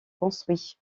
construits